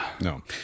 no